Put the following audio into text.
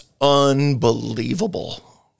unbelievable